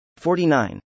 49